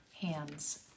hands